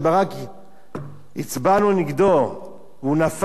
כשהצבענו נגד ברק והוא נפל,